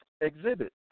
Exhibit